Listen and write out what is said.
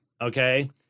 okay